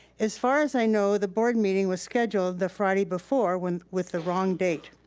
as far as i know, the board meeting was scheduled the friday before with with the wrong date.